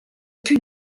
plus